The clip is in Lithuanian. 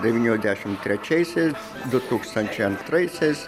devynių dešim trečiaisiais du tūkstančiai antraisiais